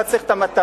אתה צריך את המטרה,